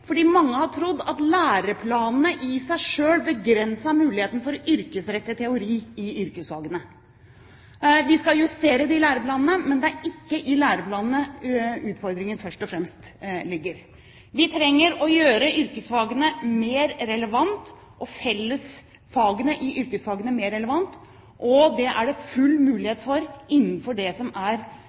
mange har trodd at læreplanene i seg selv begrenser muligheten for yrkesrettet teori i yrkesfagene. Vi skal justere læreplanene, men det er ikke i læreplanene utfordringen først og fremst ligger. Vi trenger å gjøre yrkesfagene mer relevant og fellesfagene i yrkesfagene mer relevant. Det er det full mulighet til innenfor det som blir de justerte læreplanene. Det er